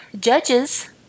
judges